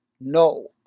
No